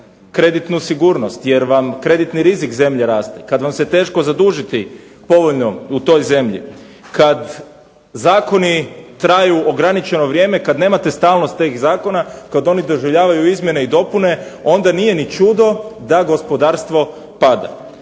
kreditnu sigurnost jer vam kreditni rizik zemlje raste, kada vam se teško zadužiti povoljno u toj zemlji, kada zakoni traju ograničeno vrijeme, kada nemate stalnost tih zakona kada oni doživljavaju izmjene i dopune onda nije ni čudo da gospodarstvo pada,